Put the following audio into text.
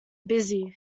busy